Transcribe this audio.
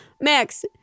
Max